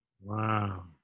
Wow